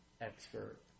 expert